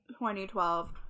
2012